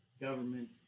Government